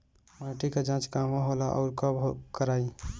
माटी क जांच कहाँ होला अउर कब कराई?